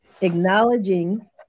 acknowledging